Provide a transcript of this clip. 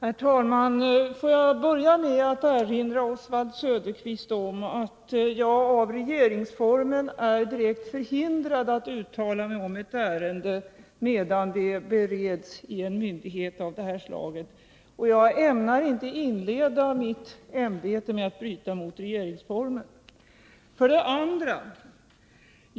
Herr talman! Får jag börja med att erinra Oswald Söderqvist om att jag av regeringsformen är direkt förhindrad att uttala mig om ett ärende medan det bereds i en myndighet av det här slaget. Jag ämnar inte inleda min ämbetsutövning med att bryta mot regeringsformen.